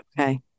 Okay